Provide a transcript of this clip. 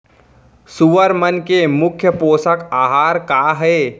सुअर मन के मुख्य पोसक आहार का हे?